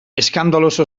eskandaloso